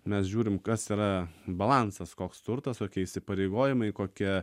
mes žiūrim kas yra balansas koks turtas kokie įsipareigojimai kokie